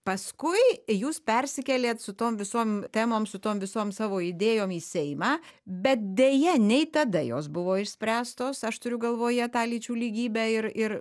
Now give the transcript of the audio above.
paskui jūs persikėlėt su tom visom temom su tom visom savo idėjom į seimą bet deja nei tada jos buvo išspręstos aš turiu galvoje tą lyčių lygybę ir ir